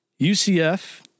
UCF